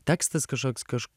tekstas kažkoks kaž